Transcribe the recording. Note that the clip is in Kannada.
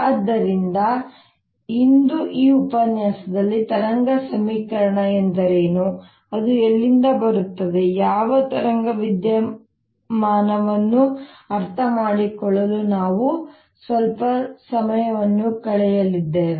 ಆದ್ದರಿಂದ ಇಂದು ಈ ಉಪನ್ಯಾಸದಲ್ಲಿ ತರಂಗ ಸಮೀಕರಣ ಎಂದರೇನು ಅದು ಎಲ್ಲಿಂದ ಬರುತ್ತದೆ ಯಾವ ತರಂಗ ವಿದ್ಯಮಾನವನ್ನು ಅರ್ಥಮಾಡಿಕೊಳ್ಳಲು ನಾವು ಸ್ವಲ್ಪ ಸಮಯವನ್ನು ಕಳೆಯಲಿದ್ದೇವೆ